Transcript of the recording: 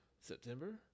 September